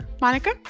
Monica